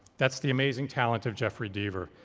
that's the amazing talent of jeffrey deaver.